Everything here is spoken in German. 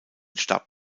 starb